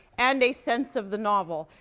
and a sense of the novel.